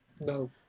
No